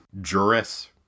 Juris